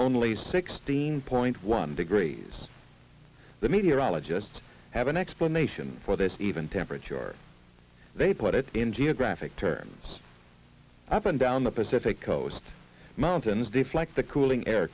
only sixteen point one degrees the meteorologists have an explanation for this even temperature they put it in geographic terms up and down the pacific coast mountains deflect the cooling air